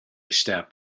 step